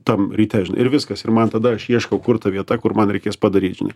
tam ryte žinai ir viskas ir man tada aš ieškau kur ta vieta kur man reikės padaryt žinai